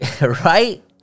Right